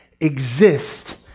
exist